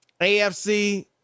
AFC